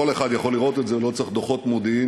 כל אחד יכול לראות את זה, לא צריך דוחות מודיעין.